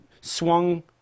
swung